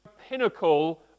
pinnacle